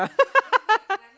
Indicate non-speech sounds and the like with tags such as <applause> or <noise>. <laughs>